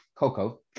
coco